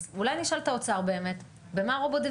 אז אולי נשאל את האוצר באמת: במה רובוט דה